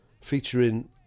featuring